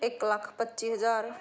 ਇੱਕ ਲੱਖ ਪੱਚੀ ਹਜ਼ਾਰ